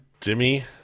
Jimmy